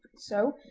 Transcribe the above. so,